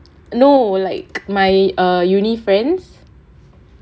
no like my err university friends